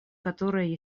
которое